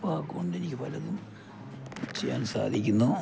കൊണ്ടെനിക്ക് പലതും ചെയ്യാൻ സാധിക്കുന്നു